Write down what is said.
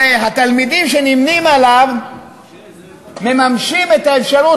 הרי התלמידים שנמנים עמו מממשים את האפשרות